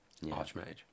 Archmage